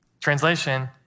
Translation